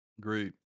Great